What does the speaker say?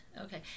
Okay